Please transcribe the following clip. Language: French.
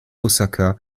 osaka